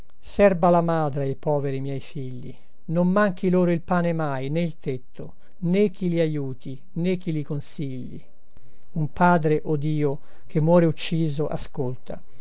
serba la madre ai poveri miei figli non manchi loro il pane mai né il tetto né chi li aiuti né chi li consigli un padre o dio che muore ucciso ascolta